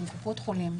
קופות חולים,